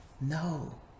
No